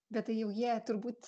bet tai jau jie turbūt